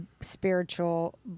spiritual